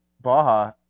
Baja